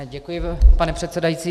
Děkuji, pane předsedající.